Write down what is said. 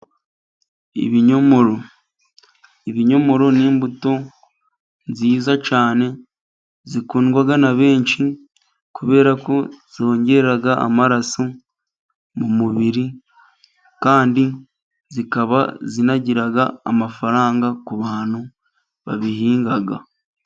Ibinyomoro. Ibinyomoro ni imbuto nziza cyane zikundwa na benshi, kubera ko zongera amaraso mu mubiri, kandi zikaba zinagira amafaranga ku bantu babihinga.